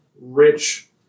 rich